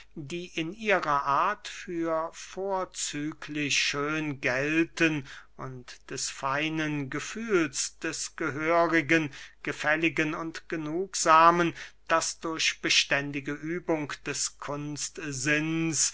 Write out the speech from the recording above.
die in ihrer art für vorzüglich schön gelten und des feinen gefühls des gehörigen gefälligen und genugsamen das durch beständige übung des